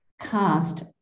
cast